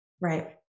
Right